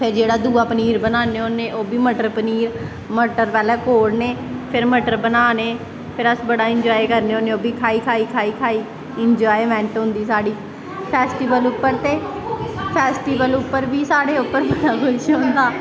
फिर जेह्ड़ा दूआ पनीर बनान्ने होन्ने मटर पनीर मटर पैह्लैं कोड़ने फिर बनाने फिर अस बड़ा इंजाए करने होन्ने खाई खाई इंजाएमैंट होंदा साढ़ी फैस्टिवल उप्पर ते फैस्टिवल उप्पर साढ़े उप्पर